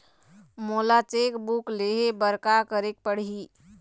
मोला cheque book लेहे बर का केरेक पढ़ही?